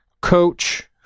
coach